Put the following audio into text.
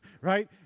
right